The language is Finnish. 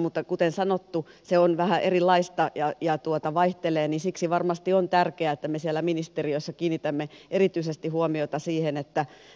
mutta kuten sanottu se on vähän erilaista ja vaihtelee ja siksi varmasti on tärkeää että me siellä ministeriössä kiinnitämme erityisesti huomiota siihen